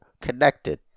connected